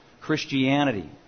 Christianity